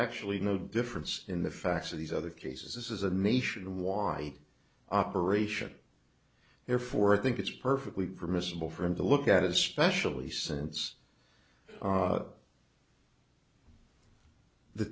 actually no difference in the facts of these other cases this is a nationwide operation therefore i think it's perfectly permissible for him to look at especially since